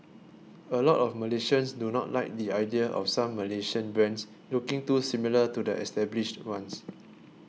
a lot of Malaysians do not like the idea of some Malaysian brands looking too similar to the established ones